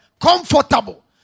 comfortable